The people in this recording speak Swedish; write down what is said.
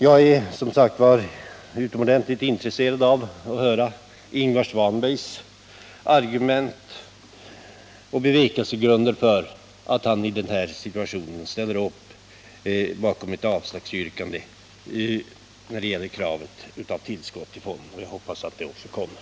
Jag är, som sagt, utomordentligt intresserad av att få höra Ingvar Svanbergs argument och bevekelsegrunder för att han ställer upp bakom ett avslagsyrkande på kravet på ett tillskott av medel till Norrlandsfonden, och jag hoppas att jag också får det.